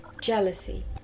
Jealousy